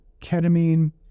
ketamine